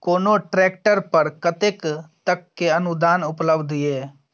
कोनो ट्रैक्टर पर कतेक तक के अनुदान उपलब्ध ये?